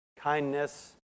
kindness